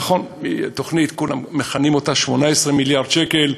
נכון, התוכנית, כולם מכנים אותה 18 מיליארד שקל,